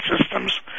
systems